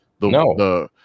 No